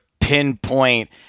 pinpoint